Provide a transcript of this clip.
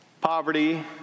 poverty